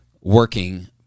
working